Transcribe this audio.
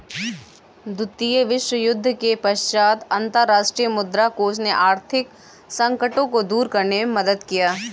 द्वितीय विश्वयुद्ध के पश्चात अंतर्राष्ट्रीय मुद्रा कोष ने आर्थिक संकटों को दूर करने में मदद किया